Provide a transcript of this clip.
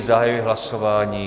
Zahajuji hlasování.